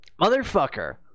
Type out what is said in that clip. Motherfucker